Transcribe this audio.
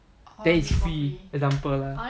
then it's free example lah